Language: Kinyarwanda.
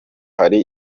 hari